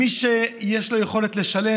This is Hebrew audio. מי שיש לו יכולת לשלם,